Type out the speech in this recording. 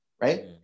Right